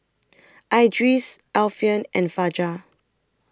Idris Alfian and Fajar